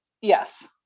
Yes